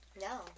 No